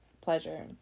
pleasure